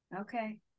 Okay